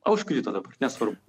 o užkrito dabar nesvarbu